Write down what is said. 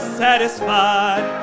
satisfied